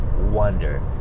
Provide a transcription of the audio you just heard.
wonder